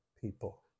people